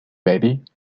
baby